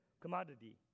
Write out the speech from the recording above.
commodity